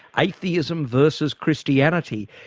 atheism versus christianity.